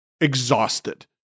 exhausted